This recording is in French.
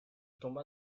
tomba